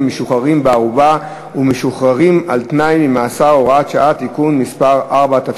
משוחררים בערובה ומשוחררים על-תנאי ממאסר (הוראת שעה) (תיקון מס' 4),